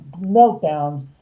meltdowns